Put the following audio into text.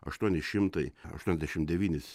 aštuoni šimtai aštuoniasdešim devynis